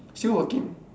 still working